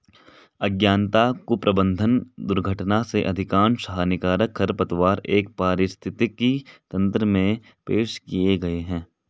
अज्ञानता, कुप्रबंधन, दुर्घटना से अधिकांश हानिकारक खरपतवार एक पारिस्थितिकी तंत्र में पेश किए गए हैं